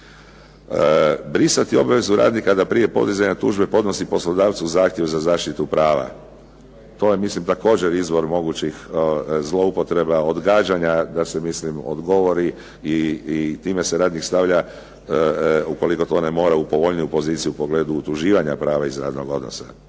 Brisati obvezu radnika da prije podizanja tužbe podnosi poslodavcu zahtjeva za zaštitu prava. To je mislim također izvor mogućih zloupotreba odgađanja da se odgovori i time se radnik stavlja u koliko to ne mora u povoljniju poziciju u pogledu utuživanja prava iz radnog odnosa